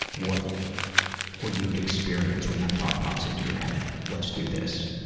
what you'd what you'd experience when that thought pops into your head, let's do this.